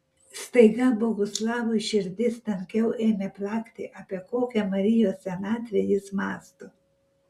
staiga boguslavui širdis tankiau ėmė plakti apie kokią marijos senatvę jis mąsto